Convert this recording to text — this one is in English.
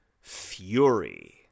Fury